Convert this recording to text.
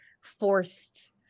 forced